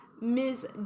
Ms